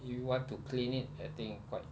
you want to clean it I think quite